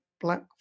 Black